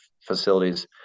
facilities